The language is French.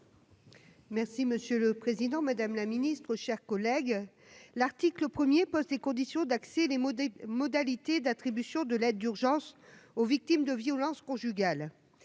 Monsieur le président, madame la ministre, mes chers collègues, l'article 1 pose les conditions d'accès et les modalités d'attribution de l'aide d'urgence aux victimes de violences conjugales.